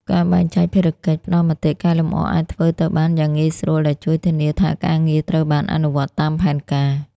ការបែងចែកភារកិច្ច ផ្តល់មតិកែលម្អអាចធ្វើទៅបានយ៉ាងងាយស្រួល ដែលជួយធានាថាការងារត្រូវបានអនុវត្តតាមផែនការ។